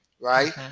right